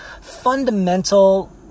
fundamental